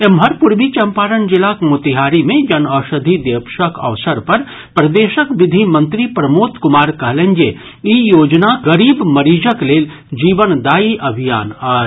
एम्हर पूर्वी चंपारण जिलाक मोतिहारी मे जन औषधि दिवसक अवसर पर प्रदेशक विधि मंत्री प्रमोद कुमार कहलनि जे ई योजना गरीब मरीजक लेल जीवनदायी अभियान अछि